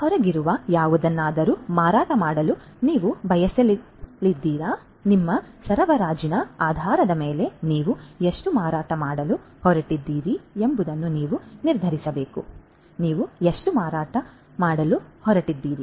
ಆದ್ದರಿಂದ ಹೊರಗಿರುವ ಯಾವುದನ್ನಾದರೂ ಮಾರಾಟ ಮಾಡಲು ನೀವು ಬಯಸುವುದಿಲ್ಲವಾದ್ದರಿಂದ ನಿಮ್ಮ ಸರಬರಾಜಿನ ಆಧಾರದ ಮೇಲೆ ನೀವು ಎಷ್ಟು ಮಾರಾಟ ಮಾಡಲು ಹೊರಟಿದ್ದೀರಿ ಎಂಬುದನ್ನು ನೀವು ನಿರ್ಧರಿಸಬೇಕು ನೀವು ಎಷ್ಟು ಮಾರಾಟ ಮಾಡಲು ಹೊರಟಿದ್ದೀರಿ